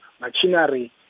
machinery